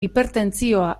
hipertentsioa